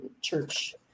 church